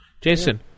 Jason